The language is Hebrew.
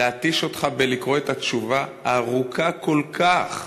להתיש אותך בלקרוא את התשובה הארוכה כל כך,